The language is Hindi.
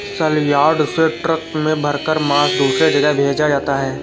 सलयार्ड से ट्रक में भरकर मांस दूसरे जगह भेजा जाता है